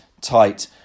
tight